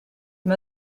mae